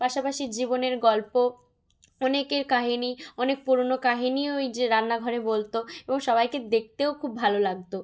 পাশাপাশি জীবনের গল্প অনেকের কাহিনি অনেক পুরোনো কাহিনিও ওই যে রান্নাঘরে বলত এবং সবাইকে দেখতেও খুব ভালো লাগত